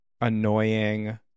annoying